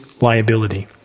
liability